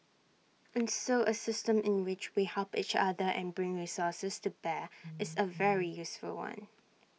and so A system in which we help each other and bring resources to bear is A very useful one